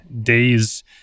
days